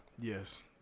Yes